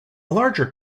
larger